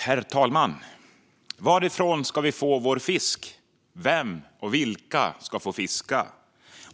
Herr talman! Varifrån ska vi få vår fisk? Vem och vilka ska få fiska?